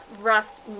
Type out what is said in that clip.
rust